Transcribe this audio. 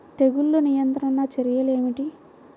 తెగులు నియంత్రణ చర్యలు ఏమిటి?